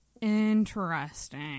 Interesting